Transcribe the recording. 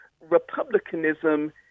Republicanism